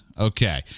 Okay